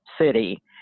city